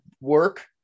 work